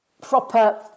proper